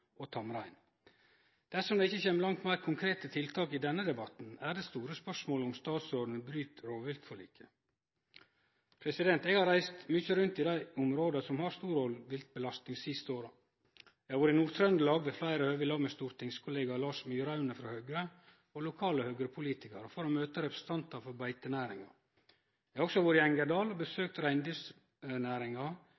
og tamrein.» Dersom det ikkje kjem langt meir konkrete tiltak i denne debatten, er det store spørsmålet om statsråden bryt rovviltforliket. Eg har reist mykje rundt i dei områda som har stor rovviltbelastning dei siste åra. Eg har vore i Nord-Trøndelag ved fleire høve, i lag med stortingskollega Lars Myraune frå Høgre og lokale høgrepolitikarar, for å møte representantar for beitenæringa. Eg har også vore i Engerdal og